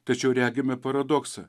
tačiau regime paradoksą